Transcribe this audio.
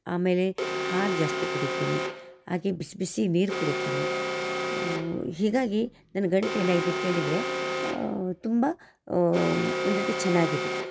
ಆಮೇಲೆ ಹಾಲು ಜಾಸ್ತಿ ಕುಡೀತೀನಿ ಹಾಗೇ ಬಿಸಿ ಬಿಸಿ ನೀರು ಕುಡೀತೀನಿ ಹೀಗಾಗಿ ನನ್ನ ಗಂಟ್ಲು ಏನಾಗಿದೆ ಕೇಳಿದರೆ ತುಂಬ ಒಂದು ರೀತಿ ಚೆನ್ನಾಗಿದೆ